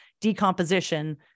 decomposition